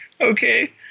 Okay